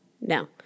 No